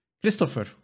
Christopher